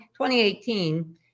2018